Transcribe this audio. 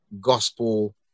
gospel